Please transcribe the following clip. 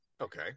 okay